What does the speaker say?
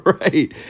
Right